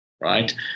right